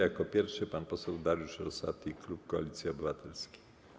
Jako pierwszy - pan poseł Dariusz Rosati, klub Koalicji Obywatelskiej.